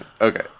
Okay